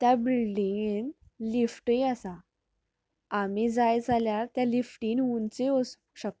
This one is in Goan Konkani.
त्या बिल्डिगेंत लिफ्टूय आसा आमी जाय जाल्यार त्या लिफ्टिन उंचूय वचू शकता